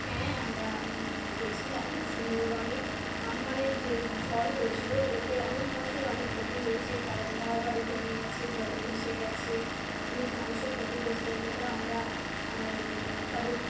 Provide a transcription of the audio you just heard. হ্যাঁ আমরা গেছিলাম সুন্দরবনে আম্ফানের যে ঝড় হয়েছিল এতে অনেক মানুষের অনেক ক্ষতি হয়েছে কারো ঘর বাড়ি ভেঙে গেছে জলে ভেসে গেছে অনেক মানুষের ক্ষতিগ্রস্ত হয়েছে তো আমরা তাদের